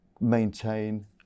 maintain